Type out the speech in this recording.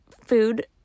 food